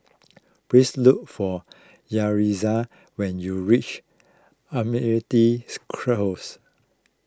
please look for Yaritza when you reach Close